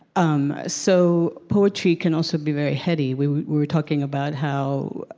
um so poetry can also be very heady. we were talking about how,